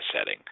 setting